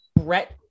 Brett